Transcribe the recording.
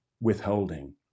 withholding